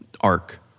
arc